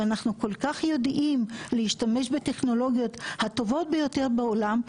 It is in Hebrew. ואנחנו כל כך יודעים להשתמש בטכנולוגיות הטובות ביותר בעולם,